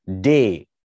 Day